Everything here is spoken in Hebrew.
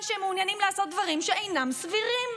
שהם מעוניינים לעשות דברים שאינם סבירים.